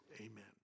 amen